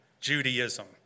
Judaism